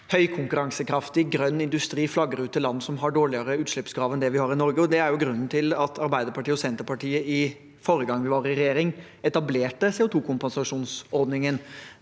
høykonkurransekraftig grønn industri flagger ut til land som har dårligere utslippskrav enn det vi har i Norge. Det er grunnen til at Arbeiderpartiet og Senterpartiet forrige gang vi var i regjering, etablerte CO2-kompensasjonsordningen,